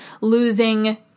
losing